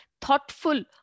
thoughtful